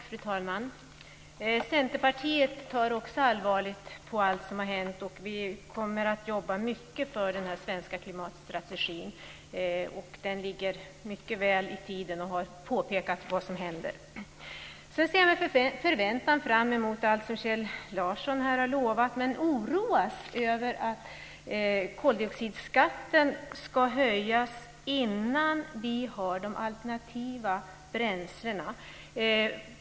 Fru talman! Också Centerpartiet tar allvarligt på allt det som har hänt. Vi kommer att jobba mycket för den svenska klimatstrategin. Den ligger mycket väl i tiden och har riktat uppmärksamhet på vad som händer. Jag ser med förväntan fram emot allt det som Kjell Larsson här har lovat, men jag oroas över att koldioxidskatten ska höjas innan vi har fått fram de alternativa bränslena.